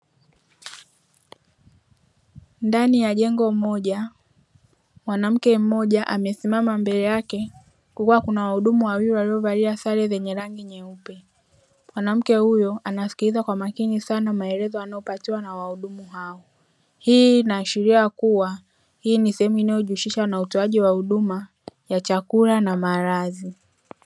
Ndani ya jengo moja amesimama mbele yake kulikuwa kuna wahudumu wawili waliovalia sare zenye rangi nyeupe. Mwanamke huyo anasikiliza kwa makini sana maelezo anayopatiwa na wahudumu hao. Hii naashiria kuwa hii ni sehemu inayojihusisha na utoaji wa huduma ya chakula na malazi.